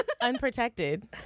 Unprotected